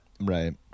Right